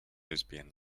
lesbian